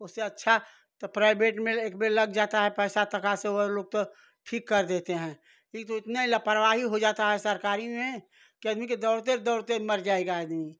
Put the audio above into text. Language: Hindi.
उससे अच्छा त प्राइवेट में एक बेर लग जाता है पैसा तका से वह लोग तो ठीक कर देते हैं इ तो इतने लापरवाही हो जाता है सरकारी में कि आदमी के दौड़ते दौड़ते मर जाएगाा आदमी